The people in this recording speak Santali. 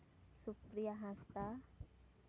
ᱥᱩᱯᱯᱨᱤᱭᱟ ᱦᱟᱸᱥᱫᱟ